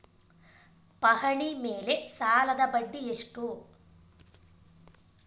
ಪಹಣಿ ಮೇಲೆ ಸಾಲದ ಬಡ್ಡಿ ಎಷ್ಟು?